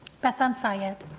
bethan sayed